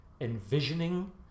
envisioning